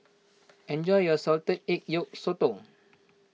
enjoy your Salted Egg Yolk Sotong